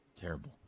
Terrible